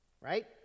right